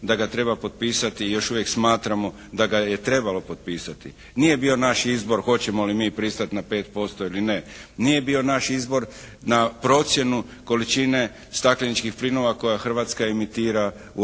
da ga treba potpisati i još uvijek smatramo da ga je trebalo potpisati. Nije bio naš izbor hoćemo li mi pristati na 5% ili ne. Nije bio naš izbor na procjenu količine stakleničkih plinova koje Hrvatska emitira u